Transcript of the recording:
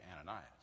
Ananias